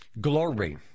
glory